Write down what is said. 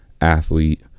athlete